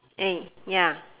eh ya